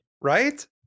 Right